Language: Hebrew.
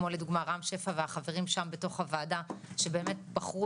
כמו לדוגמא רם שפע והחברים שם בתוך הוועדה שבאמת בחרו